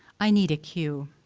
i need a cue,